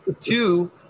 Two